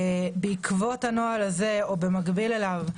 בעקבות הנוהל הזה, או במקביל אליו,